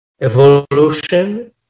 evolution